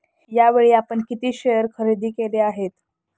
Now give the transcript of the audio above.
यावेळी आपण किती शेअर खरेदी केले आहेत?